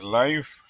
life